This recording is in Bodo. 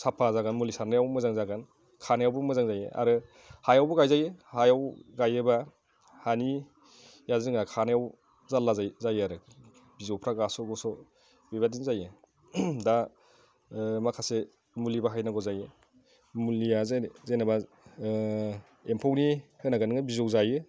साफा जागोन मुलि सारनायावबो मोजां जागोन खानायावबो मोजां जायो आरो हायावबो गायजायो हायाव गायोबा हानिया जोंहा खानायाव जारला जायो आरो बिजौफ्रा गास' गुस' बेबायदि जायो दा माखासे मुलि बाहायनांगौ जायो मुलिया जेनेबा एम्फौनि होनो गोनाङा बिजौ जायो